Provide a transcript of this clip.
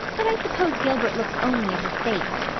but i suppose gilbert looks only at her face.